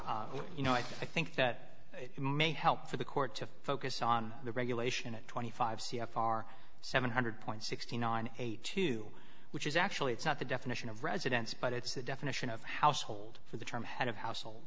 you know i think that it may help for the court to focus on the regulation at twenty five c f r seven hundred point six nine eight two which is actually it's not the definition of residence but it's a definition of household for the term head of household